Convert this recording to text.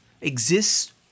exists